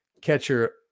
catcher